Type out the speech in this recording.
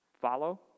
Follow